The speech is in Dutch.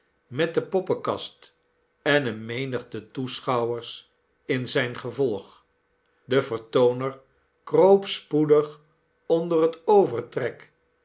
met de poppenkast en eene menigte toeschouwers in zijn gevolg de vertooner kroop spoedig onder het